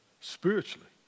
spiritually